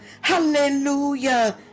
Hallelujah